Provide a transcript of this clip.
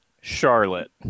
Charlotte